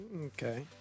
Okay